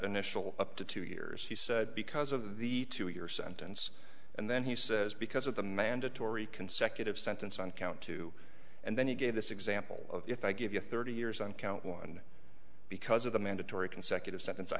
initial up to two years he said because of the two year sentence and then he says because of the mandatory consecutive sentence on count two and then he gave this example if i give you thirty years on count one because of the mandatory consecutive se